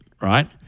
right